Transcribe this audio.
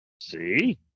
See